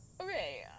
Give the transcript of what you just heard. Okay